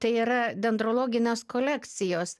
tai yra dendrologinės kolekcijos